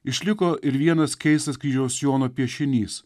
išliko ir vienas keistas kryžiaus jono piešinys